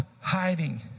hiding